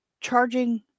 charging